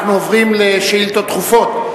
אנחנו עוברים לשאילתות דחופות.